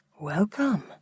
Welcome